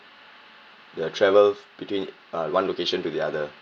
the travels between uh one location to the other